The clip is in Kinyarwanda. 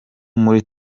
muri